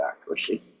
accuracy